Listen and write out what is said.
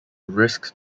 risk